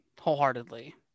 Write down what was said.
wholeheartedly